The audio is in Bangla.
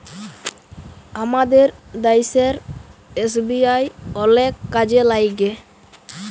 আমাদের দ্যাশের এস.বি.আই অলেক কাজে ল্যাইগে